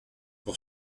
pour